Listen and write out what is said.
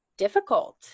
difficult